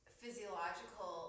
physiological